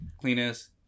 cleanest